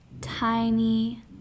tiny